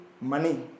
money